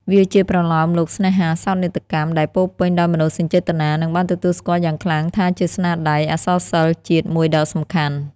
វាជាប្រលោមលោកស្នេហាសោកនាដកម្មដែលពោរពេញដោយមនោសញ្ចេតនា និងបានទទួលស្គាល់យ៉ាងខ្លាំងថាជាស្នាដៃអក្សរសិល្ប៍ជាតិមួយដ៏សំខាន់។